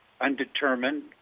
undetermined